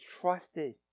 trusted